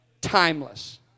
timeless